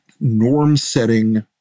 norm-setting